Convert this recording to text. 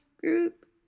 group